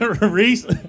Reese